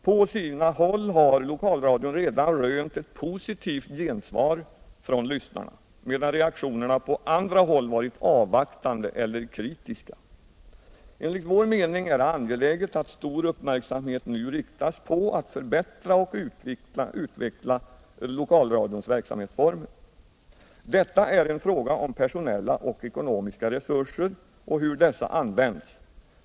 På sina håll har lokalradion redan rönt ett positivt gensvar från lyssnarna, medan reaktionerna på andra håll varit avvaktande eller kritiska. Enligt vår mening är det angeläget att stor uppmärksamhet nu riktas på att förbättra och utveckla lokalradions verksamhetsformer, Detta är en fråga om personella och ekonomiska resurser och hur dessa används.